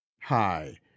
Hi